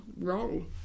wrong